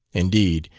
indeed,